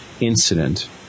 incident